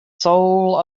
soul